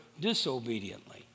disobediently